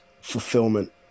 fulfillment